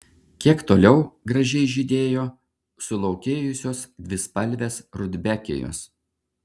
kiek toliau gražiai žydėjo sulaukėjusios dvispalvės rudbekijos